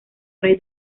rey